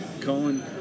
Cohen